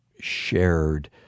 shared